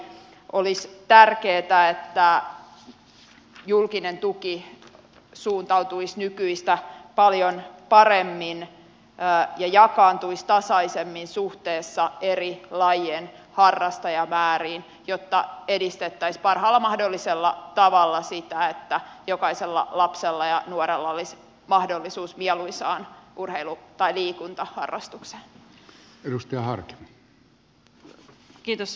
olisi tärkeätä että julkinen tuki suuntautuisi nykyistä paljon paremmin ja jakaantuisi tasaisemmin suhteessa eri lajien harrastajamääriin jotta edistettäisiin parhaalla mahdollisella tavalla sitä että jokaisella lapsella ja nuorella olisi mahdollisuus mieluisaan urheilu tai liikuntaharrastukseen